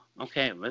Okay